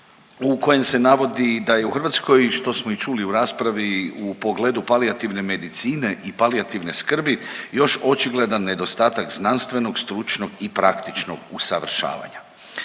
u kojem se navodi da je u Hrvatskoj, što smo i čuli u raspravi, u pogledu palijativne medicine i palijativne skrbi još očigledan nedostatak znanstvenog, stručnog i praktičnog usavršavanja.